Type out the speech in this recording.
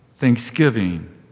Thanksgiving